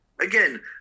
Again